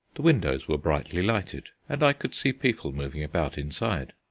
the windows were brightly lighted and i could see people moving about inside.